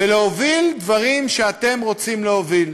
ולהוביל דברים שאתם רוצים להוביל,